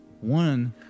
one